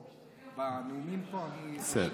חבריי חברי הכנסת, השר חמד, בסדר.